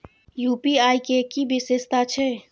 UPI के कि विषेशता छै?